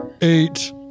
eight